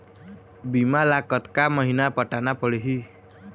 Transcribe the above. बीमा ला कतका महीना पटाना पड़ही?